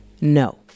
No